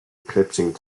eclipsing